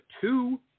two